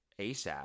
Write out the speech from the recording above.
ASAP